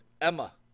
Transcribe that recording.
Emma